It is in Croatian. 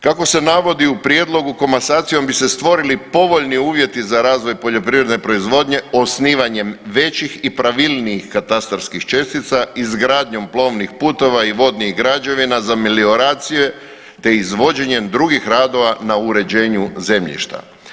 Kako se navodi u prijedlogu komasacijom bi se stvorili povoljni uvjeti za razvoj poljoprivredne proizvodnje osnivanjem većih i pravilnijih katastarskih čestica, izgradnjom plovnih puteva i građevina za melioracije, te izvođenjem drugih radova na uređenju zemljišta.